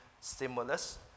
stimulus